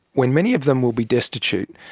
when many of them will be destitute,